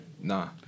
Nah